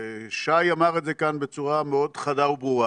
ושי אמר את זה כאן בצורה מאוד חדה וברורה,